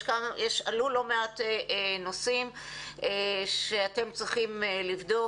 עלו לא מעט נושאים שאתם צריכים לבדוק.